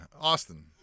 Austin